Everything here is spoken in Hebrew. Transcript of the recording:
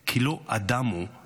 כי לא אדם הוא להנחם".